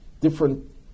different